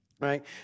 right